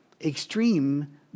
extreme